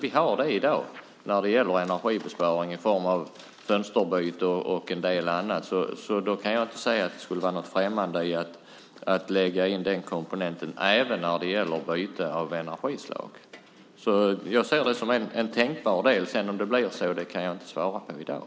Vi har det i dag när det gäller energibesparing i form av fönsterbyte och en del annat, så jag kan inte se att det skulle vara främmande att lägga in den komponenten även vid byte av energislag. Jag ser det som tänkbart. Om det sedan blir så kan jag inte svara på i dag.